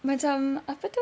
macam apa tu